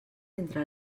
entre